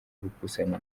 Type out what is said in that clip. gukusanya